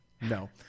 No